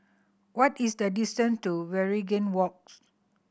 what is the distant to Waringin Walks